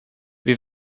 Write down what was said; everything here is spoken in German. wir